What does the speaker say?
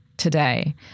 today